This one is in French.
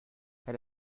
elle